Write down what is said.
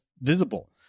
visible